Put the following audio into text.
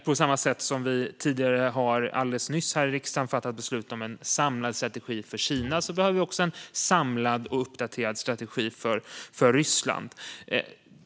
På samma sätt som vi alldeles nyss fattade beslut här i riksdagen om en samlad strategi för Kina behöver vi en samlad och uppdaterad strategi för Ryssland.